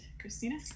christina